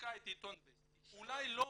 מחזיקה את עיתון וסטי, אולי לא